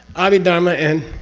ah abhidharma and?